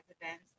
events